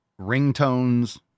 ringtones